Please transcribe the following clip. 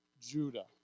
Judah